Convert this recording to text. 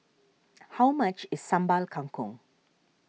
how much is Sambal Kangkong